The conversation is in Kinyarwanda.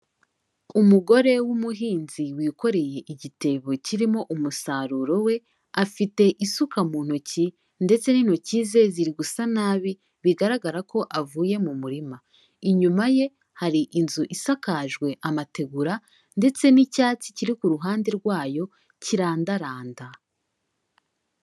Umugore w'umuhinzi wikoreye igitebo kirimo umusaruro we, afite isuka mu ntoki ndetse n'intoki ze ziri gusa nabi, bigaragara ko avuye mu murima. Inyuma ye hari inzu isakajwe amategura ndetse n'icyatsi kiri ku ruhande rwayo kirandaranda.